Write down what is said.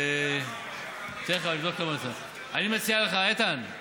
אני מציע לך, איתן,